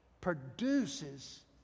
produces